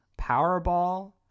Powerball